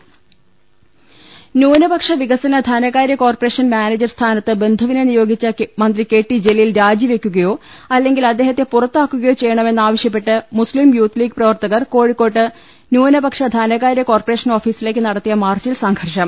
ലലലലലലലലലലലലല ന്യൂനപക്ഷ വികസന ധനകാര്യ കോർപറേഷൻ മാനേജർ സ്ഥാനത്ത് ബന്ധുവിനെ നിയോഗിച്ച മന്ത്രി കെ ടി ജലീൽ രാജി വെക്കുകയോ അല്ലെങ്കിൽ അദ്ദേ ഹത്തെ പുറത്താക്കുകയോ ചെയ്യണമെന്നാവശ്യപ്പെട്ട് മുസ്ലീം യൂത്ത് ലീഗ് പ്രവർത്തകർ കോഴിക്കോട്ട് ന്യൂനപക്ഷ ധനകാര്യ കോർപറേഷൻ ഓഫീസിലേക്ക് നടത്തിയ മാർച്ചിൽ സംഘർഷം